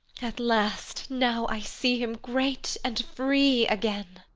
at last! now i see him great and free again!